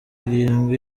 irindwi